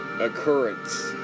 occurrence